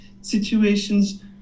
situations